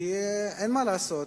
כי אין מה לעשות,